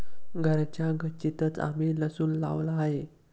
घराच्या गच्चीतंच आम्ही लसूण लावला आहे